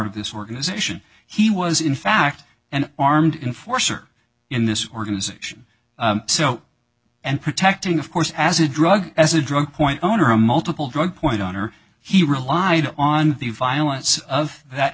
of this organization he was in fact and armed in force or in this organization so and protecting of course as a drug as a drug point owner a multiple drug point on her he relied on the violence of that